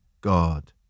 god